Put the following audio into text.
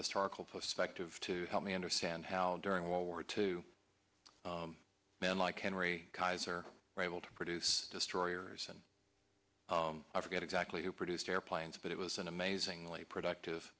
historical perspective to help me understand how during world war two men like henry kaiser rival to produce destroyers and i forget exactly who produced airplanes but it was an amazingly productive